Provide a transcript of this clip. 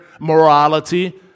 morality